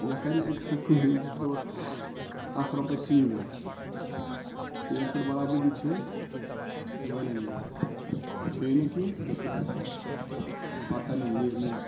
یَتھ ترنہٕ ایٚکٕسٹرا کٕہٕنٛۍ تہِ ژٕ دَپکھ اَکھ رۄپے سُہ یی نہٕ ایٚکٕسٹرا ژےٚ یَتھ برابٔردی چھے ویٚل اینڈ گُڈ چھے نہٕ کیٚنٛہہ بیٚہہ خۄدایس حَوال اَتھ تَرنہٕ نیر نیر